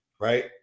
Right